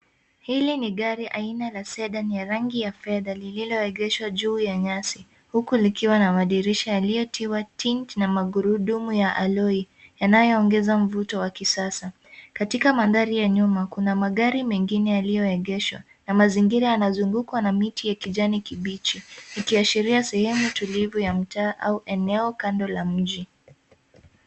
Hili ni gari aina la sedan yenye rangi ya fedha lililoegeshwa juu ya nyasi huku likiwa na madirisha yaliyotiwa tint na magurudumu ya alloy yanayoongeza mvuto wa kisasa. Katika mandhari ya nyuma, kuna magari mengine yaliyoegeshwa na mazingira yanazungukwa na miti ya kijani kibichi ikiashiria sehemu tulivu ya mtaa au eneo kando la mji.